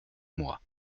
mois